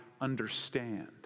understand